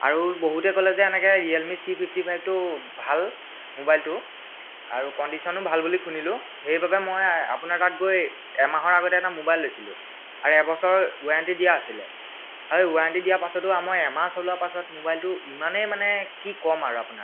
আৰু বহুতে ক'লে যে এনেকৈ ৰিয়েলমি চি ফিফ্টি ফাইভটো ভাল মোবাইলটো আৰু কণ্ডিশ্যনো ভাল বুলি শুনিলোঁ সেইবাবে মই আপোনাৰ তাত গৈ এমাহৰ আগতে এটা মোবাইল লৈছিলোঁ আৰু এবছৰ ৱেৰেণ্টি দিয়া আছিলে আৰু সেই ৱেৰেণ্টি দিয়াৰ পাছতো মই এমাহ চলোৱা পাছত মোবাইলটো ইমানেই মানে কি ক'ম আৰু আপোনাক